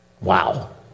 Wow